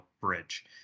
bridge